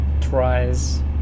tries